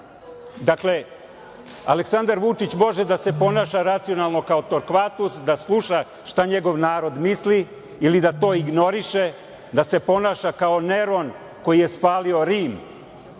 Dakle, Aleksandar Vučić može da se ponaša racionalno kao Torkvatus, da sluša šta njegov narod misli ili da to ignoriše, da se ponaša kao Neron koji je spalio Rim.